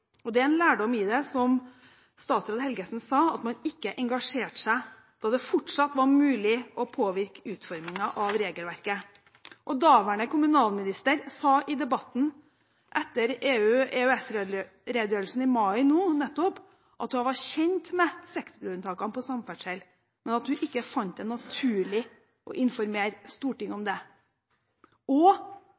og det er en lærdom i det, som statsråd Helgesen sa – at man ikke engasjerte seg da det fortsatt var mulig å påvirke utformingen av regelverket. Daværende kommunalminister sa i debatten etter EU-/EØS-redegjørelsen nå i mai at hun var kjent med sektorunntakene for samferdsel, men at hun ikke fant det naturlig å informere Stortinget om det, og